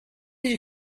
you